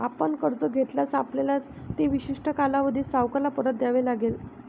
आपण कर्ज घेतल्यास, आपल्याला ते विशिष्ट कालावधीत सावकाराला परत द्यावे लागेल